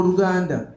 Uganda